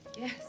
yes